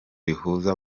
rihuza